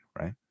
right